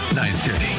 930